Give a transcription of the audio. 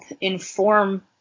inform